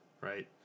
Right